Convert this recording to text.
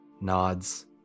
nods